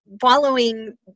following